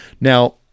Now